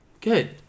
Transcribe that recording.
Good